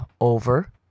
over